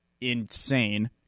insane